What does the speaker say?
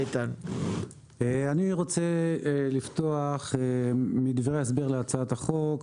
אני רוצה לפתוח בדברי הסבר להצעת החוק.